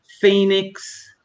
Phoenix